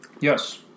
Yes